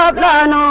but man um